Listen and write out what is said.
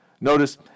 Notice